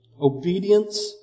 Obedience